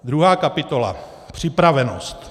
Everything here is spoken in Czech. Druhá kapitola připravenost.